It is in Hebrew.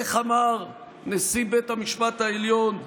איך אמר נשיא בית המשפט העליון ברק,